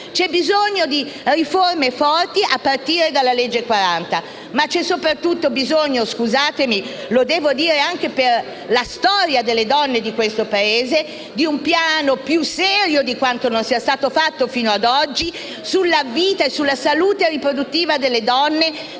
c'è bisogno di riforme forti, a partire dalla legge n. 40 del 2004, ma c'è soprattutto bisogno - lo devo dire anche per la storia delle donne di questo Paese - di un piano più serio di quanto non sia stato fatto finora sulla vita e sulla salute riproduttiva delle donne,